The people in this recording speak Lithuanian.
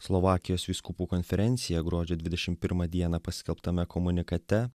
slovakijos vyskupų konferencija gruodžio dvidešim pirmą dieną paskelbtame komunikate